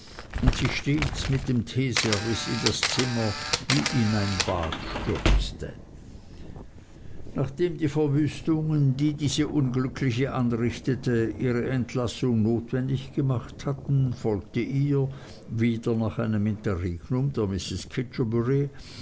und sich stets mit dem teeservice in das zimmer wie in ein bad stürzte nachdem die verwüstungen die diese unglückliche anrichtete ihre entlassung notwendig gemacht hatten folgte ihr wieder nach einem interregnum der mrs